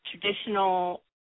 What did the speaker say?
traditional